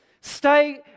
Stay